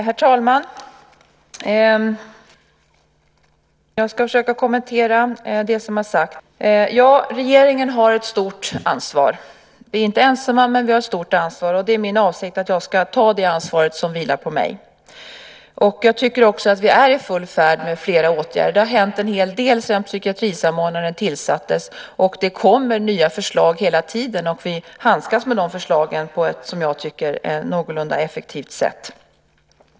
Herr talman! Jag ska försöka kommentera det som har sagts. Regeringen har ett stort ansvar. Vi är inte ensamma, men vi har ett stort ansvar. Det är min avsikt att jag ska ta det ansvar som vilar på mig. Jag tycker också att vi är i full färd med flera åtgärder. Det har hänt en hel del sedan psykiatrisamordnaren tillsattes. Det kommer nya förslag hela tiden. Vi handskas med de förslagen på ett, som jag tycker, någorlunda effektivt sätt.